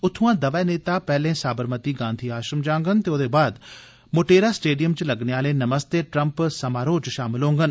उत्थुआं दवै नेता पैहले साबरमती गांधी आश्रम जांगन ते ओदे बाद मोटेरा स्टेडियम च लग्गने आले नमस्ते ट्रम्प समारोह च शामल होंगन